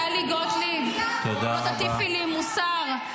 טלי גוטליב, אל תטיפי לי מוסר.